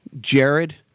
Jared